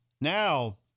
now –